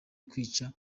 kwica